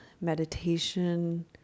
meditation